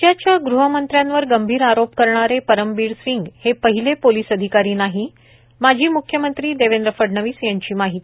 राज्याच्या गृहमंत्र्यांवर गंभीर आरोप करणारे परमबीर सिंग हे पहिले पोलिस अधिकारी नाही माजी म्ख्यमंत्री देवेंद्र फडणवीस यांची माहिती